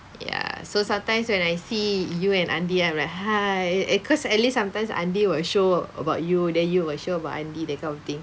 ya so sometimes when I see you and Andy I'm like !hais! eh cause at least sometimes Andy will show about you then you will show about Andy that kind of thing